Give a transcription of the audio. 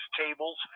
tables